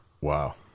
Wow